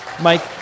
Mike